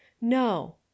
No